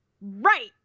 Right